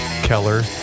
Keller